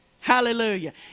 Hallelujah